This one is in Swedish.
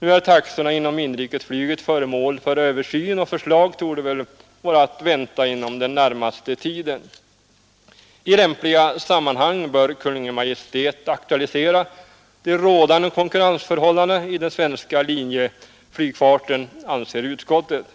Nu är taxorna inom inrikesflyget föremål för översyn, och förslag torde vara att vänta inom den närmaste tiden. I lämpligt sammanhang bör Kungl. Maj:t aktualisera de rådande konkurrensförhållandena i den svenska linjeflygfarten, anser utskottet.